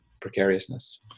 precariousness